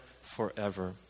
forever